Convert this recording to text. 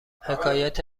حکایت